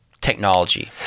technology